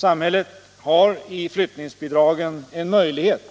Samhället har i flyttningsbidragen en möjlighet